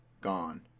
Gone